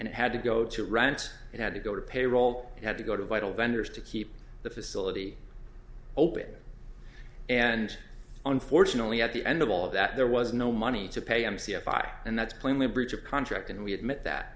and it had to go to rent it had to go to payroll had to go to vital vendors to keep the facility open and unfortunately at the end of all of that there was no money to pay m c i and that's plainly a breach of contract and we admit that